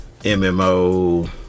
mmo